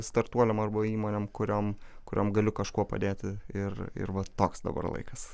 startuoliam arba įmonėm kuriom kuriom galiu kažkuo padėti ir ir va toks dabar laikas